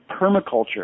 permaculture